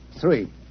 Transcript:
Three